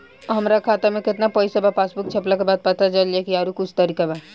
हमरा खाता में केतना पइसा बा पासबुक छपला के बाद पता चल जाई कि आउर कुछ तरिका बा?